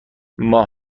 ماه